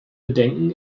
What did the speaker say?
bedenken